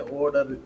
order